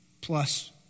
plus